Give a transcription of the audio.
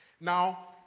Now